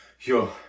Yo